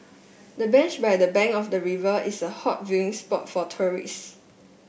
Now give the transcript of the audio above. the bench by the bank of the river is a hot viewing spot for tourists